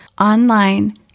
online